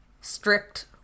strict